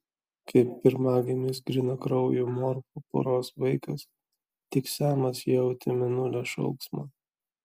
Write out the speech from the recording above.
kaip pirmagimis grynakraujų morfų poros vaikas tik semas jautė mėnulio šauksmą